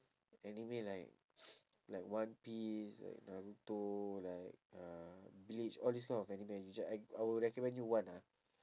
anime like like one piece like naruto like uh bleach all these kind of anime which I I will recommend you one ah